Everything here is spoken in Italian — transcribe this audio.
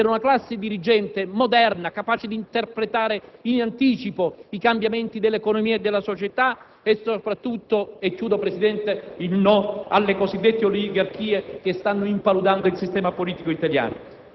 per una classe dirigente moderna capace di interpretare in anticipo i cambiamenti dell'economia e della società e soprattutto il no alle cosiddette oligarchie che stanno impaludando il sistema politico italiano.